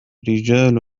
رجال